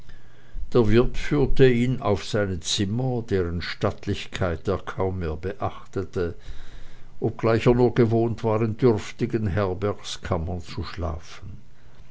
der wirt selbst führte ihn auf seine zimmer deren stattlichkeit er kaum mehr beachtete obgleich er nur gewohnt war in dürftigen herbergskammern zu schlafen